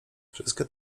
wszystkie